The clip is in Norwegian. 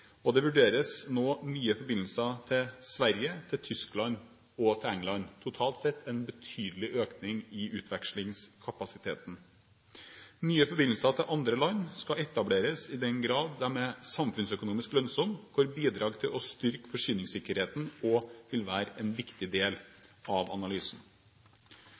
og det vurderes nå nye forbindelser til Sverige, Tyskland og England – totalt sett en betydelig økning i utvekslingskapasiteten. Nye forbindelser til andre land skal etableres i den grad de er samfunnsøkonomisk lønnsomme, hvor bidraget til å styrke forsyningssikkerheten også vil være en viktig del av analysen.